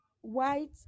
white